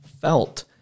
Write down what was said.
felt